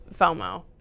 FOMO